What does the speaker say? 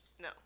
No